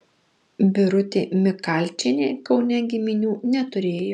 birutė mikalčienė kaune giminių neturėjo